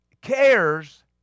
cares